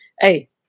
Hey